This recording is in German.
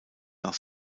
nach